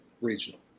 regional